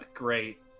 Great